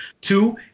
Two